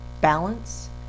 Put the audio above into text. balance